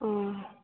ᱚᱦᱚ